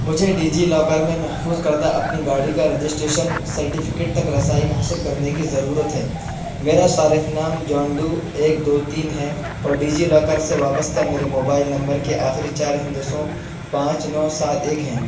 مجھے DigiLocker میں محفوظ کردہ اپنی گاڑی کا رجسٹریشن سرٹیفکیٹ تک رسائی حاصل کرنے کی ضرورت ہے میرا صارف نام جان ڈو ایک دو تین ہے اور ڈیجی لاکر سے وابستہ میرے موبائل نمبر کے آخری چار ہندسوں پانچ نو سات ایک ہیں